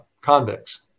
convicts